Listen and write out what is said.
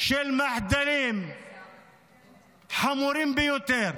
של מחדלים חמורים ביותר.